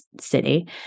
city